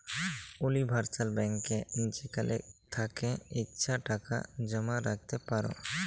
universal ব্যাংকে যেখাল থ্যাকে ইছা টাকা জমা রাইখতে পার